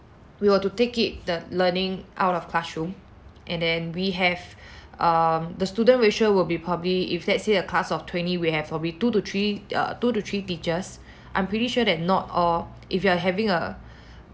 we were to take it the learning out of classroom and then we have um the student ratio will be probably if let's say a class of twenty we'll have probably two to three err two to three teachers I'm pretty sure that not all if you are having a